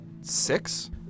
six